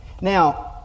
Now